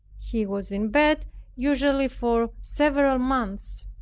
he was in bed usually for several months.